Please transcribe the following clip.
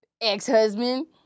ex-husband